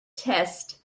test